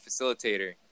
facilitator